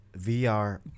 VR